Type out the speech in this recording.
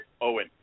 Owen